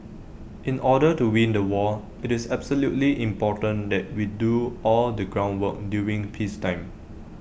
in order to win the war IT is absolutely important that we do all the groundwork during peacetime